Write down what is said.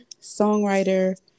songwriter